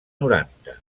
noranta